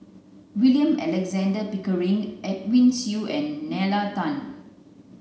William Alexander Pickering Edwin Siew and Nalla Tan